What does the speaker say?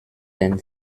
den